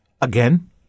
again